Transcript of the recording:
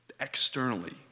externally